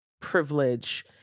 privilege